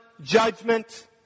judgment